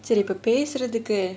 எனக்கு பேசுறதுக்கு:enakku pesurathukku